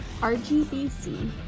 rgbc